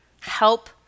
help